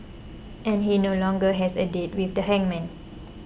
and he no longer has a date with the hangman